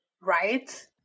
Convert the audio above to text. right